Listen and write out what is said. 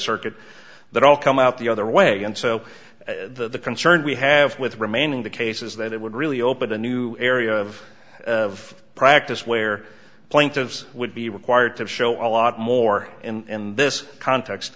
circuit that all come out the other way and so the concern we have with remaining the case is that it would really open a new area of of practice where plaintiffs would be required to show a lot more in this context